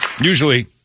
Usually